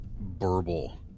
Burble